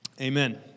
Amen